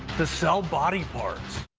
to sell body parts.